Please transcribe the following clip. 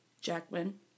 Jackman